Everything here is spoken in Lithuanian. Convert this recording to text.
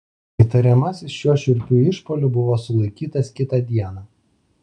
įtariamasis šiuo šiurpiu išpuoliu buvo sulaikytas kitą dieną